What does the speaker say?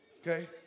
okay